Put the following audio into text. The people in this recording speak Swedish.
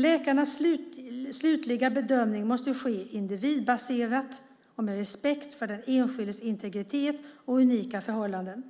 Läkarnas slutliga bedömning måste ske individbaserat och med respekt för den enskildes integritet och unika förhållanden.